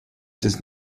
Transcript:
does